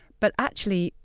but actually,